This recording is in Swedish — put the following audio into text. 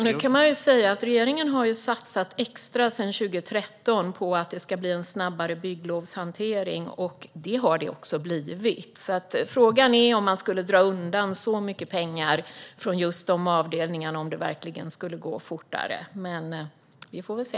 Herr talman! Regeringen har ju sedan 2013 satsat extra på att det ska bli en snabbare bygglovshantering, och det har det också blivit. Så frågan är om det verkligen skulle gå fortare om man drog undan så mycket pengar från just de avdelningarna. Vi får väl se!